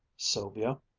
sylvia,